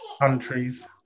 countries